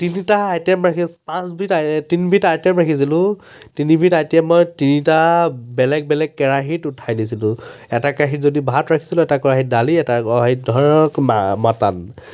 তিনিটা আইটেম পাঁচবিধ আইটেম তিনিবিধ আইটেম ৰাখিছিলোঁ তিনিবিধ আইটেম মই তিনিটা বেলেগ বেলেগ কেৰাহিত উঠাই দিছিলোঁ এটা কেৰাহিত যদি ভাত ৰাখিছিলোঁ এটা কেৰাহিত দালি এটা কেৰাহিত ধৰম মা মাটন